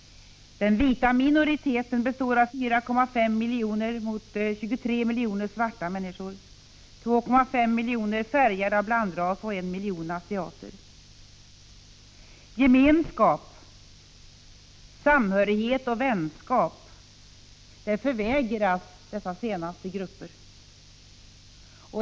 Den vita minoriteten består av 4,5 miljoner mot 23 miljoner svarta människor, 2,5 miljoner färgade av blandras och 1 miljon asiater. Gemenskap, samhörighet och vänskap förvägras dessa senare grupper.